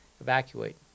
evacuate